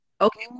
okay